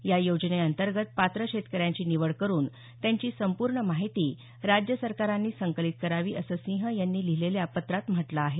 या योजनेअंतर्गत पात्र शेतकऱ्यांची निवड करुन त्यांची संपूर्ण माहिती राज्य सरकारांनी संकलित करावी असं सिंह यांनी लिहिलेल्या पत्रात म्हटलं आहे